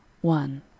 one